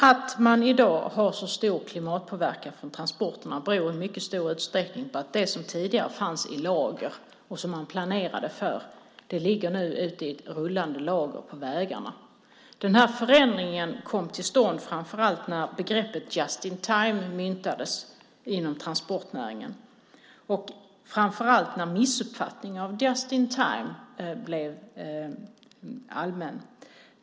Att man i dag har så stor klimatpåverkan från transporterna beror i mycket stor utsträckning på att det som tidigare fanns i lager och som man planerade för numera finns i rullande lager på vägarna. Denna förändring kom till stånd framför allt när begreppet just in time myntades inom transportnäringen, särskilt när missuppfattningen av det blev allmän.